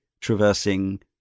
traversing